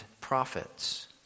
prophets